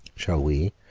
shall we,